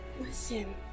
Listen